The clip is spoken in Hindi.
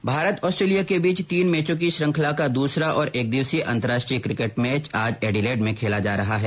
भारत आस्ट्रेलिया के बीच तीन मैचों की श्रृंखला का दूसरा और एक दिवसीय अंतरराष्ट्रीय किकेट मैच आज एडीलेड में खेला जा रहा है